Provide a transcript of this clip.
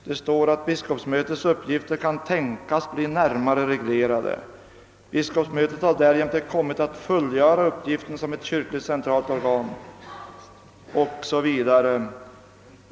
Det står att »Biskopsmötets uppgifter kan tänkas bli närmare reglerade» och »Biskopsmötet har därjämte kommit att fullgöra uppgiften som ett kyrkligt centralt organ» 0. s.v.